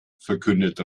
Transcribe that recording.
verkündete